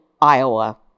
Iowa